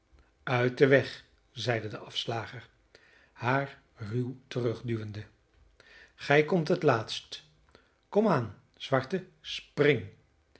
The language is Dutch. uit den weg zeide de afslager haar ruw terugduwende gij komt het laatst kom aan zwarte spring